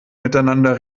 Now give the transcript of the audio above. miteinander